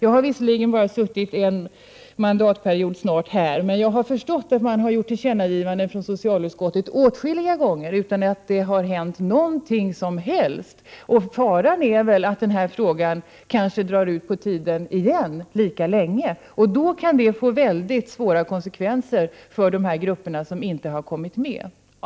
Jag har visserligen suttit bara knappt en mandatperiod i riksdagen, men jag har förstått att socialutskottet har gjort tillkännagivanden åtskilliga gånger utan att det har skett något. Faran är väl att också denna fråga på samma sätt drar ut på tiden. Då kan det få mycket svåra konsekvenser för de grupper som inte har kommit med.